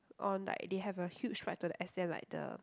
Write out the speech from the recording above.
on like they have a huge fight to the extend like the